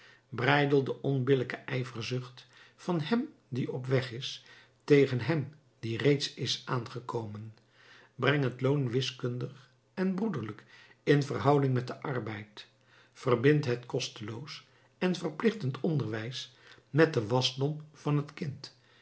breidel de onbillijke ijverzucht van hem die op weg is tegen hem die reeds is aangekomen breng het loon wiskunstig en broederlijk in verhouding met den arbeid verbind het kosteloos en verplichtend onderwijs met den wasdom van het kind